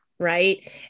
right